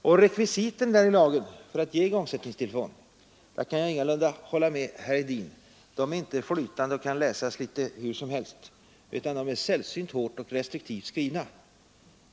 Och rekvisiten för att ge igångsättningstillstånd är ingalunda flytande och kan inte läsas litet hur som helst — där kan jag inte hålla med herr Hedin — utan de är sällsynt hårt och restriktivt skrivna.